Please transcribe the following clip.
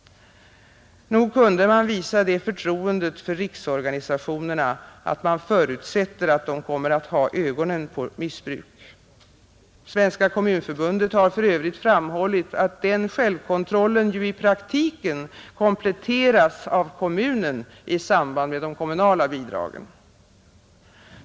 Nog kunde man visa det förtroendet för riksorganisationerna att man förutsätter att de kommer att ha ögonen på missbruk. Svenska kommunförbundet har för övrigt framhållit att den självkontrollen i praktiken kompletteras av kommunen i samband med de kommunala bidragen.